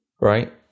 Right